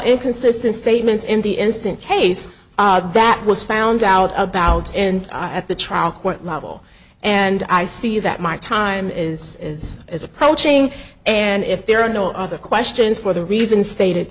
inconsistent statements in the instant case that was found out about and at the trial court level and i see that my time is is is approaching and if there are no other questions for the reason state